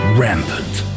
rampant